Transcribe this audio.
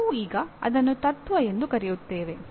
ನಾವು ಈಗ ಅದನ್ನು ತತ್ವ ಎಂದು ಕರೆಯುತ್ತೇವೆ